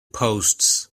posts